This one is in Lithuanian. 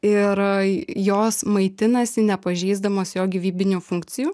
ir jos maitinasi nepažeisdamos jo gyvybinių funkcijų